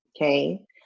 okay